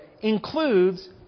includes